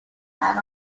and